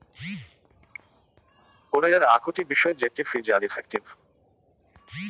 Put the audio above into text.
পড়াইয়ার আকটি বিষয় জেটটি ফিজ আর ইফেক্টিভ